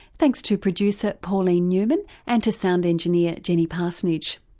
thanks to producer pauline newman and to sound engineer jenny parsonage.